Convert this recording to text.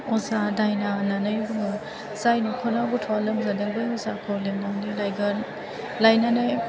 अजा दायना होननानै बुङो जाय नखराव गथ'आ लोमजादों बे अजाखौ लिंनानै लायगोन लायनानै